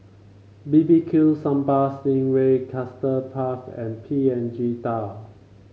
B B Q Sambal Sting Ray Custard Puff and Png Tao